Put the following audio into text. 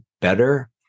better